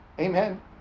Amen